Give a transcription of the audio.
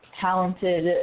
talented